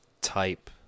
type